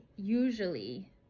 Usually